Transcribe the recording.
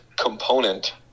component